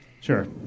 Sure